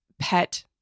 pet